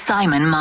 Simon